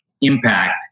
impact